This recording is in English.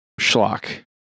schlock